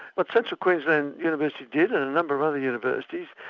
what central queensland university did and a number of other universities,